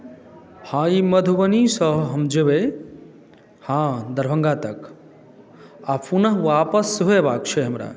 हँ ई मधुबनीसँ हम जेबै हँ दरभङ्गा तक आ पुनः वापस सेहो अयबाक छै हमरा